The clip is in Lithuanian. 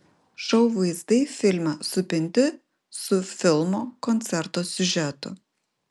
šou vaizdai filme supinti su filmo koncerto siužetu